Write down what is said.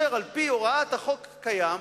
מקרה שבו על-פי הוראת החוק הקיים